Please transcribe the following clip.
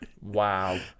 wow